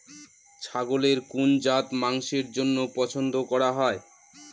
ছাগলের কোন জাত মাংসের জন্য পছন্দ করা হয়?